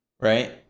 right